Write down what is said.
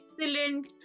excellent